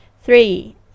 Three